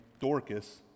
Dorcas